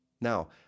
Now